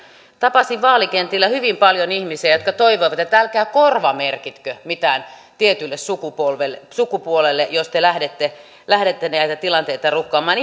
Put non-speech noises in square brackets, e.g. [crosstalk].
tapasin vaalikentillä hyvin paljon ihmisiä jotka toivoivat että älkää korvamerkitkö mitään tietylle sukupuolelle jos te lähdette lähdette näitä tilanteita rukkaamaan [unintelligible]